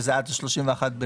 שזה עד 31 במרץ.